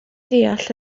deall